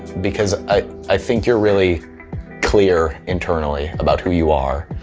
because i think you're really clear internally about who you are.